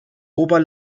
ober